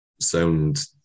sound